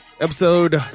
Episode